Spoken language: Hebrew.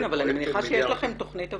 כן, אבל אני מניחה שיש לכם תוכנית עבודה.